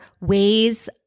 ways